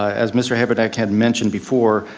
as mr. habedank had mentioned before,